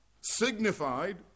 signified